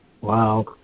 Wow